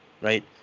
right